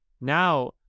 Now